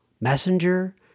messenger